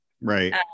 Right